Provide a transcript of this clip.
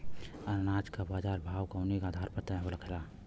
अनाज क बाजार भाव कवने आधार पर तय होला?